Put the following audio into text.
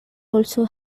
also